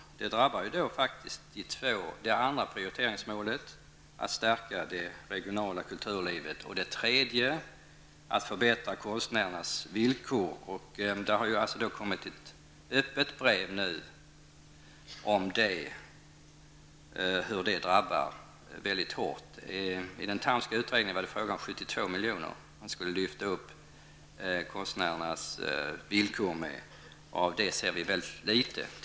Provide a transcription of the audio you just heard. Detta drabbar det andra prioriteringsmålet att stärka det regionala kulturlivet. Vad beträffar frågan om att förbättra konstnärernas villkor har det nu kommit ett öppet brev om hur förändringen drabbar väldigt hårt. I den Thamska utredningen var det fråga om 72 miljoner man skulle lyfta konstnärernas villkor med. Av det ser vi tyvärr mycket litet.